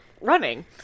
running